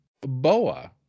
Boa